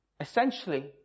Essentially